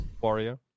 warrior